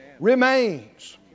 Remains